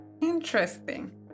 Interesting